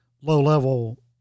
low-level